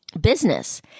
business